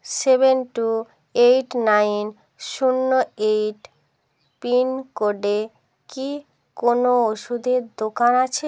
seven two eight nine শূন্য eight পিনকোডে কি কোনো ওষুধের দোকান আছে